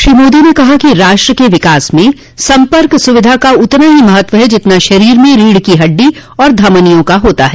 श्री मोदी ने कहा कि राष्ट्र के विकास में संपर्क सुविधा का उतना ही महत्व है जितना शरीर में रीढ की हड्डी और धमनियों का होता है